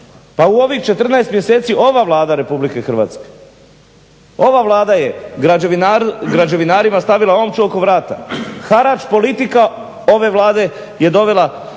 Pa u ovih 14 mjeseci ova Vlada Republike Hrvatske, ova Vlada je građevinarima stavila omču oko vrata. Harač politika ove Vlade je dovela